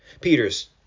Peter's